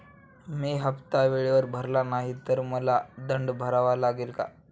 मी हफ्ता वेळेवर भरला नाही तर मला दंड भरावा लागेल का?